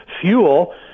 fuel